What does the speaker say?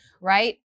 right